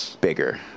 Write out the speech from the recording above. bigger